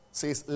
says